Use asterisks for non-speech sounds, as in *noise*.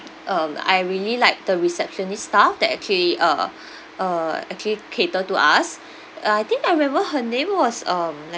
um I really like the receptionist staff that actually uh *breath* uh actually cater to us *breath* uh I think I remember her name was um